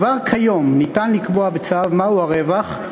כבר כיום אפשר לקבוע בצו מהו הרווח,